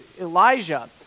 Elijah